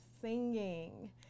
singing